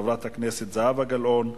חברת הכנסת זהבה גלאון,